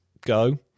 go